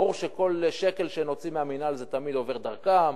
ברור שכל שקל שנוציא מהמינהל, זה תמיד עובר דרכם.